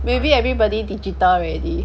maybe everybody digital ready